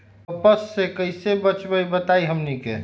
कपस से कईसे बचब बताई हमनी के?